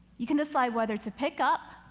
you can decide whether to pick up,